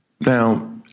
Now